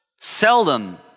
Seldom